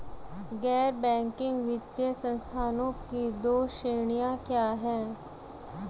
गैर बैंकिंग वित्तीय संस्थानों की दो श्रेणियाँ क्या हैं?